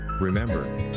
Remember